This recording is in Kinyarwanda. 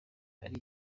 ari